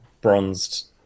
bronzed